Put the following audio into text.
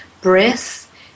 breath